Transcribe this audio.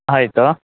ಆಯಿತು